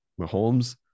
Mahomes